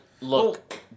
look